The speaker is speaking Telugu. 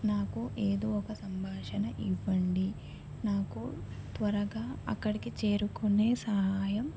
నాకు ఏదో ఒక సంభాషణ ఇవ్వండి నాకు త్వరగా అక్కడికి చేరుకునే సహాయం